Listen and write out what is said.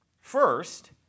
First